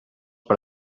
per